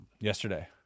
Yesterday